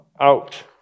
out